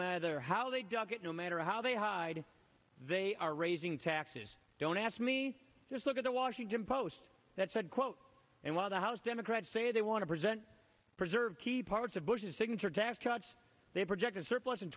matter how they dug it no matter how they hide they are raising taxes don't ask me just look at the washington post that said quote and while the house democrats say they want to present preserve key parts of bush's signature tax cuts they projected surplus